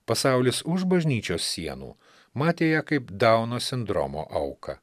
pasaulis už bažnyčios sienų matė ją kaip dauno sindromo auką